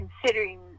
considering